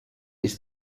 ist